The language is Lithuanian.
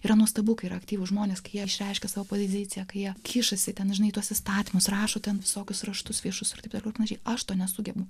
yra nuostabu kai yra aktyvūs žmonės kai jie išreiškia savo poziciją kai jie kišasi ten dažnai tuos įstatymus rašo ten visokius raštus viešus ir taip toliau ir panašiai aš to nesugebu